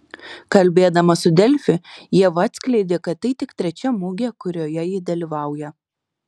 kalbėdama su delfi ieva atskleidė kad tai tik trečia mugė kurioje ji dalyvauja